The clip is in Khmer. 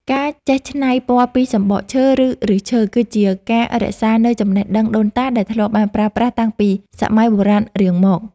ការចេះច្នៃពណ៌ពីសំបកឈើ ឬ ឫសឈើ គឺជាការរក្សានូវចំណេះដឹងដូនតាដែលធ្លាប់បានប្រើប្រាស់តាំងពីសម័យបុរាណរៀងមក។